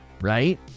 right